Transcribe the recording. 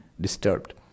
disturbed